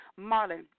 Marlon